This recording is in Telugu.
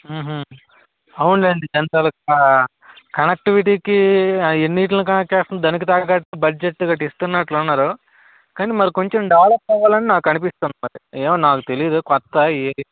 అవునులేండి దంతాలుకా కనెక్టివిటీకి ఆ ఎన్నిటిల్ని కనెక్టు చేస్తుందో దానికి తగ్గట్టు బడ్జెట్ ఇక్కడ ఇస్తునట్లున్నారు కానీ మరీ కొంచెం డెవలప్ అవ్వాలని నాకు అనిపిస్తుంది మరి ఏమో నాకు తెలీదు కొత్త ఏంటీ